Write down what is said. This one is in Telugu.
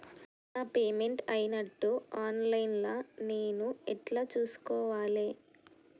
నా పేమెంట్ అయినట్టు ఆన్ లైన్ లా నేను ఎట్ల చూస్కోవాలే?